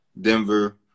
Denver